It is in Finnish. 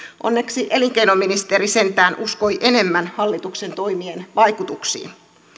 onneksi elinkeinoministeri sentään uskoi enemmän hallituksen toimien vaikutuksiin